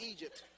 Egypt